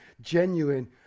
genuine